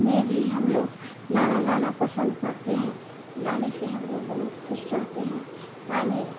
में भी हम लोग गाना गाना पसंद करते हैं गाने से हम लोग बहुत ख़ुश रहते हैं गाने